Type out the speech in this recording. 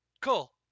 Cool